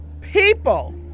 People